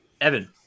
Evan